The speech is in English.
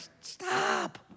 stop